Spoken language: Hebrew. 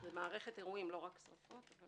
זו מערכת אירועים, לא רק שריפות.